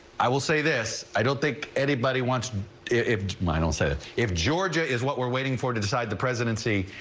i will say this i don't think anybody wants it miles said if georgia is what we're waiting for to decide the presidency.